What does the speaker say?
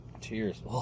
cheers